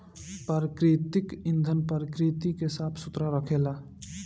प्राकृतिक ईंधन प्रकृति के साफ सुथरा रखेला